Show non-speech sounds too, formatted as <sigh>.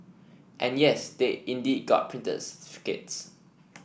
and yes they indeed got <unintelligible> <unintelligible>